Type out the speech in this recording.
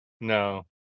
No